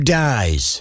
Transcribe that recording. dies